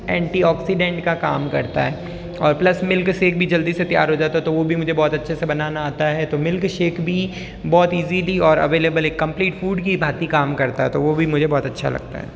antioxidant का काम करता है और प्लस मिल्क शेक भी जल्दी से तैयार हो जाता है तो वो भी मुझे बहुत अच्छे से बनाना आता है तो मिल्क शेक भी बहुत ईज़ी भी और अवेलेबल एक कम्प्लीट फ़ूड की भांति काम करता है तो वो भी मुझे बहुत अच्छा लगता है